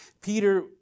Peter